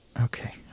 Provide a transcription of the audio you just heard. Okay